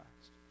Christ